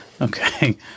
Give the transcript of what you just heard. Okay